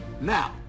Now